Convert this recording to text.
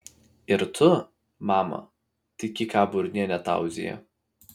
ir tu mama tiki ką burnienė tauzija